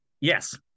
Yes